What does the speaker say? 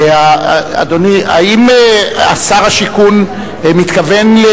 אדוני, האם שר השיכון מתכוון,